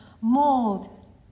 mold